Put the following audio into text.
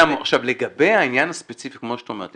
עכשיו לגבי העניין הספציפי כפי שאת אומרת,